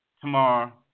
tomorrow